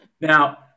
Now